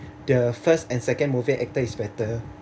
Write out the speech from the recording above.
the first and second movie actor is better